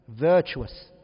virtuous